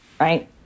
right